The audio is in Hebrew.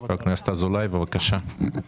חבר הכנסת אזולאי, בבקשה.